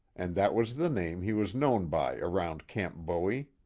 and that was the name he was known by around camp bowie.